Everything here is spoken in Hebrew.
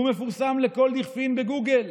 והוא מפורסם לכל דכפין בגוגל,